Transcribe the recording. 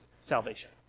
salvation